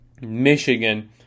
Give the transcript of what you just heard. Michigan